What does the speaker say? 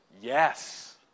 yes